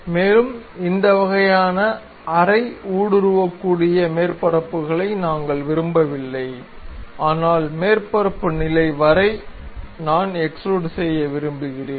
மேலும் இந்த வகையான அரை ஊடுருவக்கூடிய மேற்பரப்புகளை நாங்கள் விரும்பவில்லை ஆனால் மேற்பரப்பு நிலை வரை நான் எக்ஸ்டுரூட் செய்ய விரும்புகிறேன்